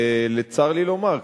צר לי לומר,